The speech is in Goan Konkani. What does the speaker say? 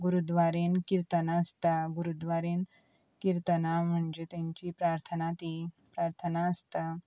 गरुद्वारेन किर्तनां आसता गुरुदवारेन किर्तनां म्हणजे तांची प्रार्थना ती प्रार्थना आसता